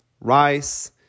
rice